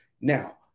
Now